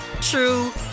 true